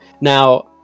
Now